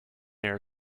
air